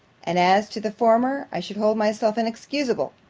and as to the former, i should hold myself inexcusable,